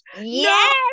Yes